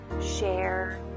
share